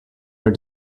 are